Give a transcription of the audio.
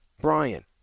Brian